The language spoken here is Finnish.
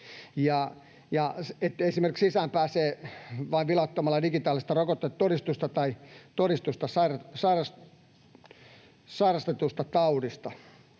esimerkiksi sisään pääsee vain vilauttamalla digitaalista rokotetodistusta tai todistusta sairastetusta taudista.